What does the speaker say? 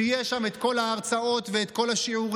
שיהיו שם את ההרצאות וכל השיעורים,